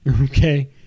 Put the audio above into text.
Okay